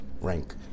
rank